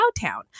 town